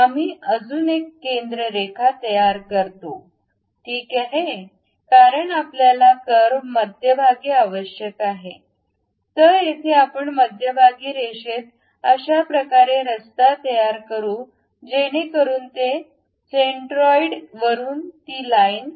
आम्ही अजून एक केंद्र रेखा तयार करतो ठीक आहे कारण आपल्याला कर्व मध्यभागी आवश्यक आहे तर येथे आपण मध्यभागी रेषेत अशा प्रकारे रस्ता तयार करू जेणेकरून या सेंट्रॉइड वरुन ही लाइन0